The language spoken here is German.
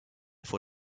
vor